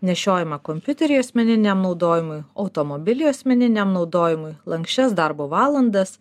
nešiojamą kompiuterį asmeniniam naudojimui automobilį asmeniniam naudojimui lanksčias darbo valandas